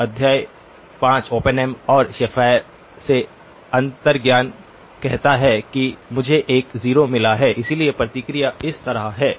तो अध्याय 5 ओपेनहेम और शेफर से अंतर्ज्ञान कहता है कि मुझे एक 0 मिला है इसलिए प्रतिक्रिया इस तरह है